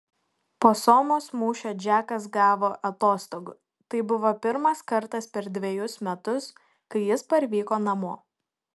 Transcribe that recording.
po somos mūšio džekas gavo atostogų tai buvo pirmas kartas per dvejus metus kai jis parvyko namo